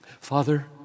Father